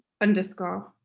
underscore